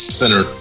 center